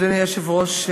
אדוני היושב-ראש,